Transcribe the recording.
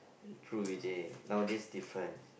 true Vijay nowadays different